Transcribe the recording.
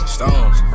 Stones